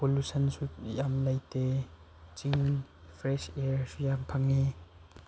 ꯄꯣꯂꯨꯁꯟꯁꯨ ꯌꯥꯝ ꯂꯩꯇꯦ ꯆꯤꯡ ꯐ꯭ꯔꯦꯁ ꯑꯦꯌꯥꯔꯁꯨ ꯌꯥꯝ ꯐꯪꯉꯤ